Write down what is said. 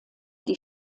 die